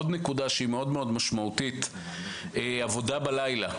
עוד נקודה מאוד מאוד משמעותית היא עבודה בלילה.